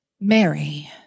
Mary